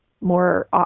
more